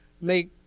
make